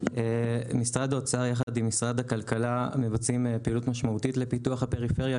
משרד האוצר יחד עם משרד הכלכלה מבצעים פעילות משמעותית לפיתוח הפריפריה,